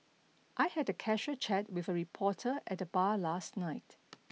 I had a casual chat with a reporter at the bar last night